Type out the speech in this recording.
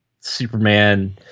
Superman